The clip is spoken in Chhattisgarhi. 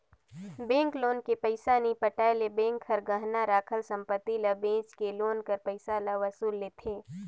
बेंक लोन के पइसा नी पटाए ले बेंक हर गहना राखल संपत्ति ल बेंच के लोन कर पइसा ल वसूल लेथे